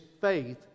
faith